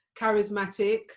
charismatic